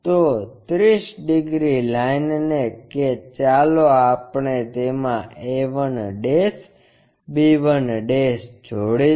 તો 30 degree line ને કે ચાલો આપણે તેમાં a 1 b 1 જોડી દો